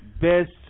best